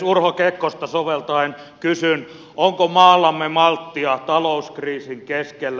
urho kekkosta soveltaen kysyn onko maallamme malttia talouskriisin keskellä